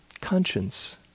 conscience